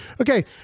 Okay